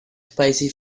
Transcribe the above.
spicy